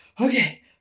okay